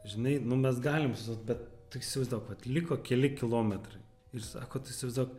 žinai nu mes galim sustot bet tu įsivaizduok vat liko keli kilometrai ir sako tu įsivaizduok